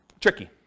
tricky